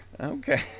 Okay